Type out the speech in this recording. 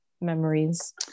memories